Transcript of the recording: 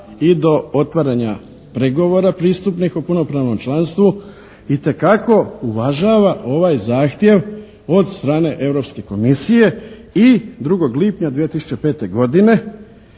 i do otvaranja pregovora pristupnik u punopravnom članstvu itekako uvažava ovaj zahtjev od strane Europske komisije i 2. lipnja 2005. godine